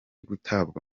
gutabwa